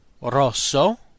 rosso